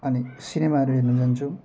अनि सिनेमाहरू हेर्न जान्छौँ